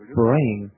brain